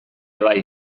bai